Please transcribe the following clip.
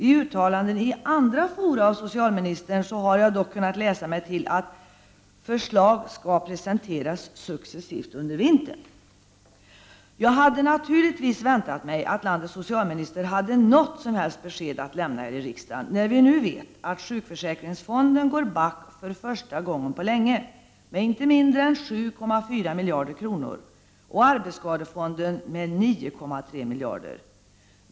I uttalanden av socialministern i andra fora har jag kunnat läsa mig till att förslag skall presenteras successivt under vintern. Jag hade naturligtvis väntat mig att landets socialminister skulle ha något besked att lämna här i riksdagen, när vi nu vet att sjukförsäkringsfonden går back för första gången på länge med inte mindre än 7,4 miljarder kronor och arbetsskadefonden med 9,3 miljarder!